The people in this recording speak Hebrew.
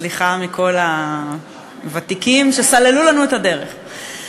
סליחה מכל הוותיקים שסללו לנו את הדרך.